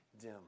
dim